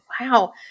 Wow